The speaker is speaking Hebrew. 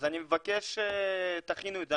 אז אני מבקש שתכינו את זה,